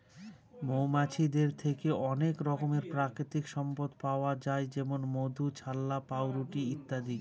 মৌমাছিদের থেকে অনেক রকমের প্রাকৃতিক সম্পদ পাওয়া যায় যেমন মধু, ছাল্লা, পাউরুটি ইত্যাদি